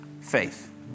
faith